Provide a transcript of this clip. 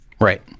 Right